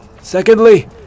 Secondly